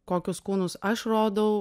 kokius kūnus aš rodau